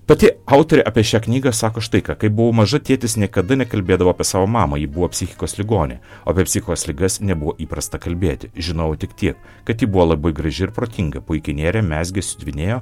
pati autorė apie šią knygą sako štai ką kai buvau maža tėtis niekada nekalbėdavo apie savo mamą ji buvo psichikos ligonė o apie psichikos ligas nebuvo įprasta kalbėti žinojau tik tiek kad ji buvo labai graži ir protinga puikiai nėrė mezgė siuvinėjo